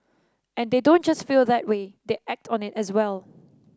and they don't just feel that way they act on it as well